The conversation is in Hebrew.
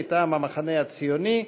מטעם המחנה הציוני.